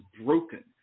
broken